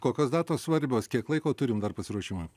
kokios datos svarbios kiek laiko turim dar pasiruošimui